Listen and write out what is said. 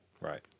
Right